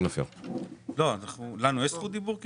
לפני כן לנו יש זכות דיבור?